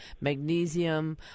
magnesium